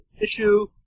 issue